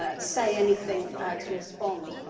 ah say anything to respond,